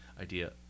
idea